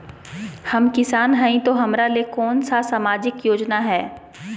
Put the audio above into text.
हम किसान हई तो हमरा ले कोन सा सामाजिक योजना है?